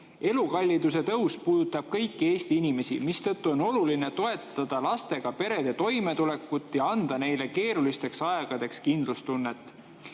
"Elukalliduse tõus puudutab kõiki Eesti inimesi, mistõttu on oluline toetada lastega perede toimetulekut ja anda neile keerulisteks aegadeks kindlustunnet.